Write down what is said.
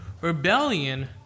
Rebellion